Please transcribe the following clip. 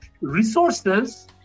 resources